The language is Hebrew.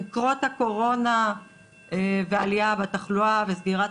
עם קרות הקורונה ועלייה בתחלואה וסגירת